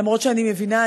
למרות שאני מבינה,